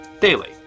daily